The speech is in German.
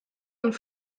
und